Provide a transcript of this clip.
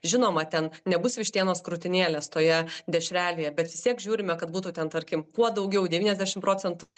žinoma ten nebus vištienos krūtinėlės toje dešrelėje bet vis tiek žiūrime kad būtų ten tarkim kuo daugiau devyniasdešim procentų